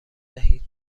دهید